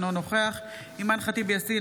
אינו נוכח אימאן ח'טיב יאסין,